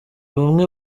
bamwe